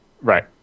Right